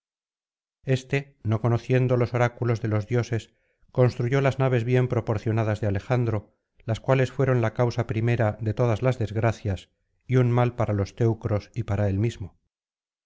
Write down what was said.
éste no conociendo los oráculos de los dioses construyó las naves bien proporcionadas de alejandro las cuales fueron la causa primera de todas las desgracias y un mal para los teucros y para él mismo